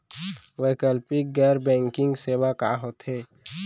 वैकल्पिक गैर बैंकिंग सेवा का होथे?